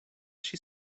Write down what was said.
she